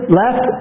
left